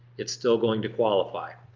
it's still going to qualify.